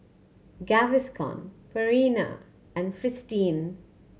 Gaviscon Purina and Fristine